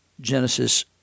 Genesis